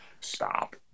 Stop